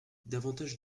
davantage